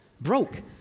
broke